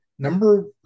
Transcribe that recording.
Number